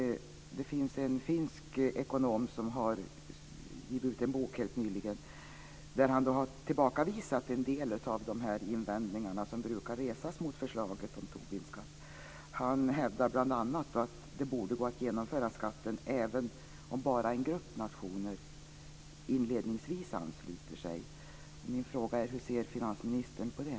En finsk ekonom har helt nyligen gett ut en bok där han tillbakavisar en del av de invändningar som brukar resas mot förslaget om en Tobinskatt. Han hävdar bl.a. att det borde gå att genomföra skatten även om bara en grupp nationer inledningsvis ansluter sig. Min fråga är: Hur ser finansministern på det?